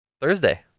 thursday